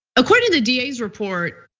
according to da's report,